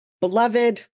beloved